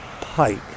Pike